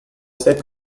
sake